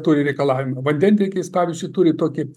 turi reikalavimą vandentiekis pavyzdžiui turi tokį